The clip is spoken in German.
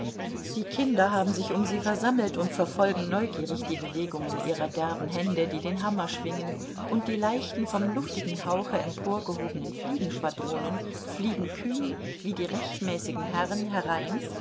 die kinder haben sich um sie versammelt und verfolgen neugierig die bewegungen ihrer derben hände die den hammer schwingen und die leichten vom luftigen hauche emporgehobenen fliegenschwadronen fliegen kühn wie die rechtmäßigen herren herein